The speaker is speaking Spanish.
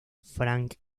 frank